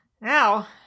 now